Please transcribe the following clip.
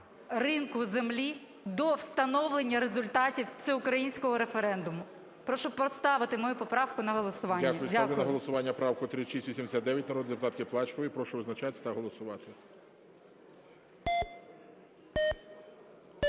ринку землі до встановлення результатів всеукраїнського референдуму. Прошу поставити мою поправку на голосування. Дякую.